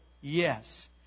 Yes